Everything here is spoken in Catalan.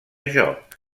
joc